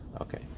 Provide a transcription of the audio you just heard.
Okay